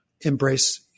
embrace